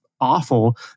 awful